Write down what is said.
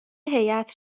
هیئت